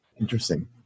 Interesting